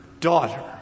daughter